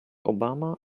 obama